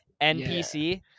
npc